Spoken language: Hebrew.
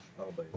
הצבעה בעד, 4 נגד,